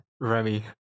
Remy